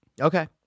Okay